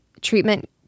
treatment